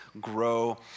grow